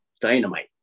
dynamite